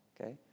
okay